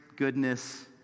goodness